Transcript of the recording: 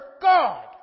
God